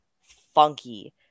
funky